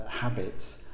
habits